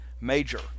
major